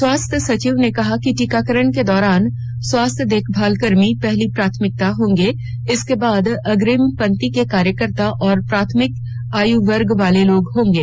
स्वास्थ्य सचिव ने कहा कि टीकांकरण के दौरान स्वास्थ्य देखभाल कर्मी पहली प्राथमिकता होंगे इसके बाद अग्रिम पंक्ति के कार्यकर्ता और प्राथमिकता आयु वर्ग वाले लोग होंगे